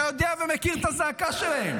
אתה יודע ומכיר את הזעקה שלהם,